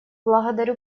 благодарю